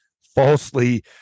falsely